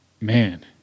Man